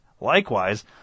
Likewise